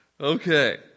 Okay